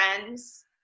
friends